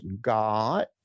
God